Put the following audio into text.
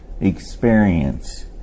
experience